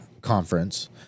conference